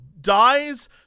dies